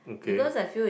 okay